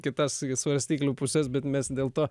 kitas svarstyklių pusės bet mes dėl to